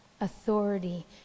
authority